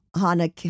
Hana